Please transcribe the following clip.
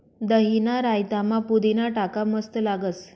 दहीना रायतामा पुदीना टाका मस्त लागस